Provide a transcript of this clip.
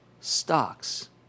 Stocks